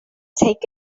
take